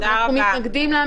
אנחנו מתנגדים לאמירה הזאת.